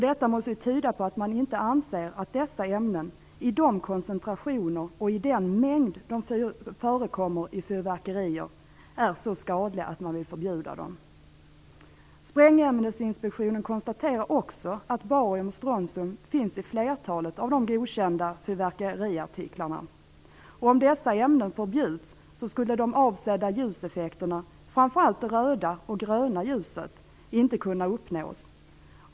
Detta måste ju tyda på att man inte anser att dessa ämnen, i de koncentrationer och i den mängd de förekommer i fyrverkerier, är så skadliga att man vill förbjuda dem. Sprängämnesinspektionen konstaterar också att barium och strontium finns i flertalet av de godkända fyrverkeriartiklarna. Om dessa ämnen förbjuds skulle de avsedda ljuseffekterna, framför allt det röda och det gröna ljuset, inte kunna uppnås.